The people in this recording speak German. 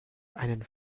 einen